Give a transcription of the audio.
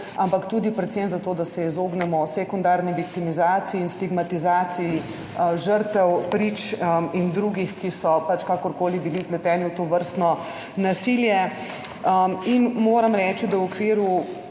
ampak predvsem zato, da se izognemo sekundarni viktimizaciji in stigmatizaciji žrtev, prič in drugih, ki so bili kakorkoli vpleteni v tovrstno nasilje. Moram reči, da se v okviru